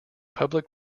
public